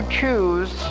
choose